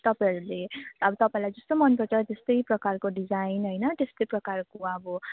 तपईँहरूले अब तपईँलाई जस्तो मनपर्छ त्यस्तै प्रकारको डिजाइन होइन त्यस्तै प्रकारको अब